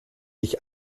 ich